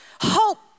Hope